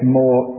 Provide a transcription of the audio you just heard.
more